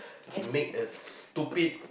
make a stupid